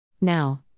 Now